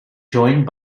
joined